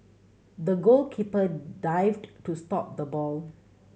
the goalkeeper dived to stop the ball